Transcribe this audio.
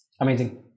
Amazing